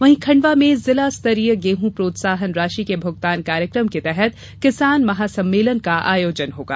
वही खंडवा में जिला स्तरीय गेहूं प्रोत्साहन राशि का भुगतान कार्यक्रम के तहत किसान महासम्मेलन का आयोजन होगा